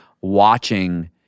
watching